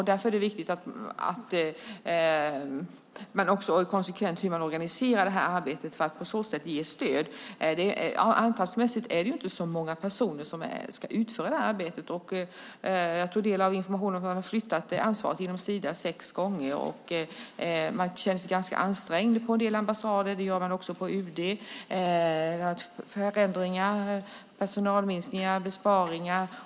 Därför är det viktigt att organisera arbetet konsekvent för att på så sätt ge stöd. Antalsmässigt är det inte så många personer som ska utföra arbetet. Jag tog del av informationen att ansvaret inom Sida har flyttats sex gånger. Man känner sig ganska ansträngd på en del ambassader. Det gör man också på UD. Det är fråga om förändringar, personalminskningar och besparingar.